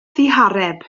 ddihareb